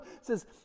says